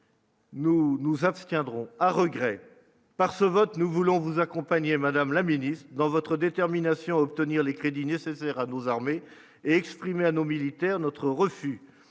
Nous nous abstiendrons à regret par ce vote, nous voulons vous accompagnez, Madame la Ministre dans votre détermination à obtenir les crédits nécessaires à nos armées exprimé à nos militaires notre refus